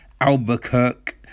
Albuquerque